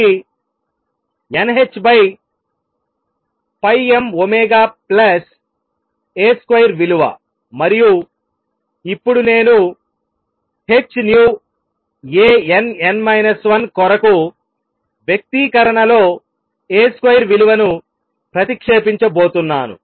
అది n h mωA2 విలువ మరియు ఇప్పుడు నేను h nu A n n 1 కొరకు వ్యక్తీకరణలో A2 విలువను ప్రతిక్షేపించపోతున్నాను